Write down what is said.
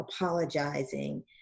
apologizing